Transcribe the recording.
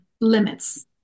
limits